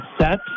set